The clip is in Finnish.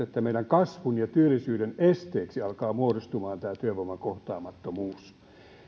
että meidän kasvumme ja työllisyytemme esteeksi alkaa muodostumaan tämä työvoiman kohtaamattomuus